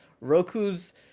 Roku's